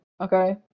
Okay